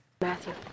Matthew